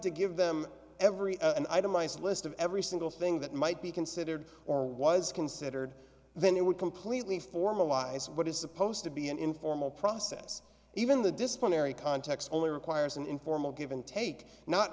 to give them every an itemized list of every single thing that might be considered or was considered then it would completely formalize what is supposed to be an informal process even the disciplinary context only requires an informal give and take not